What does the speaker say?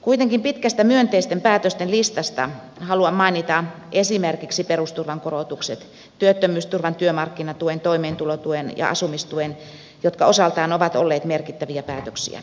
kuitenkin pitkästä myönteisten päätösten listasta haluan mainita esimerkiksi perusturvan työttömyysturvan työmarkkinatuen toimeentulotuen ja asumistuen korotukset jotka osaltaan ovat olleet merkittäviä päätöksiä